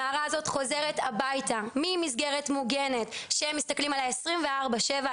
הנערה הזאת חוזרת הביתה ממסגרת מוגנת שמסתכלים עליה 24/7,